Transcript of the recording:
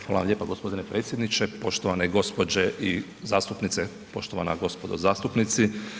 Hvala vam lijepa gospodine predsjedniče, poštovane gospođe i zastupnice, poštovana gospodo zastupnici.